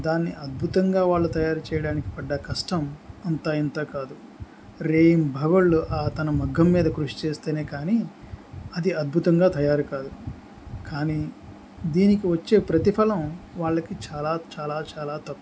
దాన్ని అద్భుతంగా వాళ్ళు తయారు చేయడానికి పడ్డ కష్టం అంతా ఇంత కాదు రేయింబవళ్ళు ఆ తన మగ్గం మీద కృషి చేస్తేనే కానీ అది అద్భుతంగా తయారు కాదు కానీ దీనికి వచ్చే ప్రతిఫలం వాళ్ళకి చాలా చాలా చాలా తక్కువ